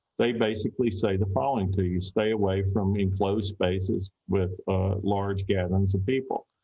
they basically say the following to you. stay away from enclosed spaces, with large gatherings of people.